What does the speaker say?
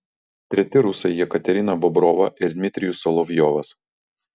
treti rusai jekaterina bobrova ir dmitrijus solovjovas